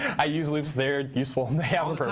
i use loops. they're useful. they